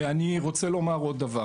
אני רוצה לומר עוד דבר,